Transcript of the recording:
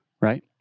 Right